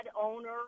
owner